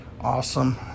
awesome